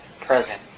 present